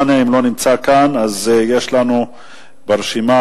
וגם אני תרמתי הבאת דברים בשם אומרם,